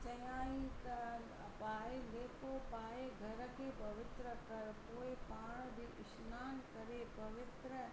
चयाईं त पाए लेपो पाए घर खे पवित्र कर पोइ पाण बि सनान करे पवित्र